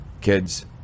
kids